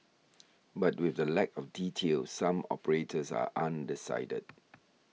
but with the lack of details some operators are undecided